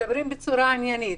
בצורה עניינית,